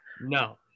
no